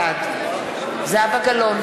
בעד זהבה גלאון,